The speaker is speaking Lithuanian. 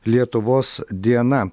lietuvos diena